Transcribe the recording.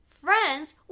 Friends